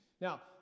Now